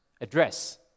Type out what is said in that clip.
address